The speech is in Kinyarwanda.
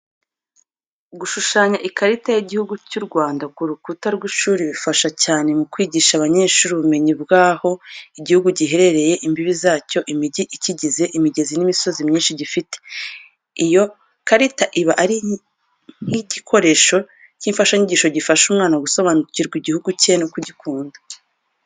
Gushushanya ikarita y'Igihugu cy'u Rwanda ku rukuta rw'ishuri bifasha cyane mu kwigisha abanyeshuri ubumenyi bw'aho igihugu giherereye, imbibi zacyo, imijyi ikigize, imigezi n'imisozi myinshi gifite. Iyo karita iba ari nk'igikoresho cy'imfashanyigisho gifasha umwana gusobanukirwa igihugu cye no kugikunda.